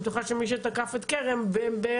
אני בטוחה שמי שתקף את כרם בעזריאלי,